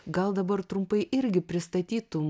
gal dabar trumpai irgi pristatytum